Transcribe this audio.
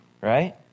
right